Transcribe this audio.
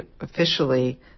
officially